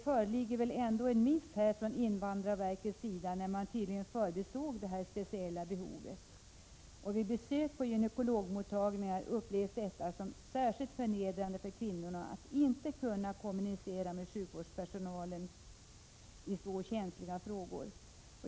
Föreligger det ändå inte en miss från invandrarverkets sida, när man tydligen förbisett detta speciella behov? Vid besök på gynekologmottagningar upplevs det särskilt förnedrande för kvinnorna att inte kunna kommunicera med sjukvårdspersonalen i så känsliga frågor.